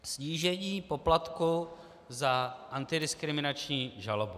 Snížení poplatku za antidiskriminační žalobu.